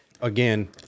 again